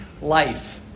life